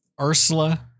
Ursula